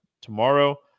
tomorrow